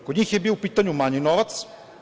Kod njih je bio u pitanju manji novac.